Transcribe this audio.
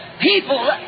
people